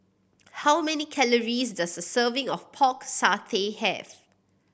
how many calories does a serving of Pork Satay have